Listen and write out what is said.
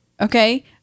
Okay